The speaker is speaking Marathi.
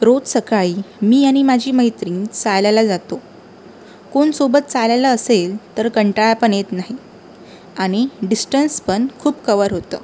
रोज सकाळी मी आणि माझी मैत्रीण चालायला जातो कोण सोबत चालायला असेल तर कंटाळा पण येत नाही आणि डिस्टन्स पण खूप कवर होतं